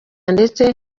ndetse